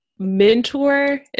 mentor